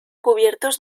cubiertos